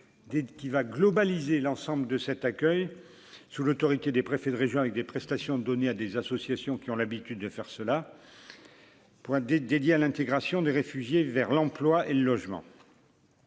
qui va globaliser l'ensemble de cet accueil, sous l'autorité des préfets de région avec des prestations donner à des associations qui ont l'habitude de faire cela, point des dédié à l'intégration des réfugiés vers l'emploi et le logement.